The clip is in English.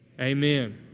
Amen